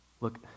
Look